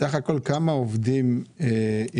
סך הכול כמה עובדים התווספו